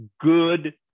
good